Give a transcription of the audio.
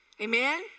Amen